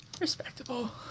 Respectable